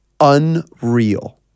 unreal